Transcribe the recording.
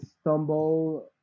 stumble